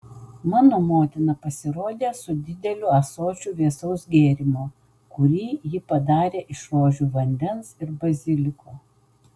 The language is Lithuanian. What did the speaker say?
mano motina pasirodė su dideliu ąsočiu vėsaus gėrimo kurį ji padarė iš rožių vandens ir baziliko